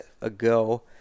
ago